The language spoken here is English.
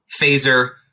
phaser